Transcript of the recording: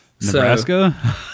Nebraska